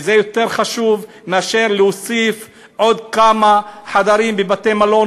וזה יותר חשוב מאשר להוסיף עוד כמה חדרים בבתי-מלון,